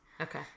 Okay